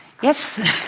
yes